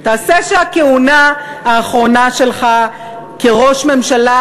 תעשה שהכהונה האחרונה שלך כראש ממשלה,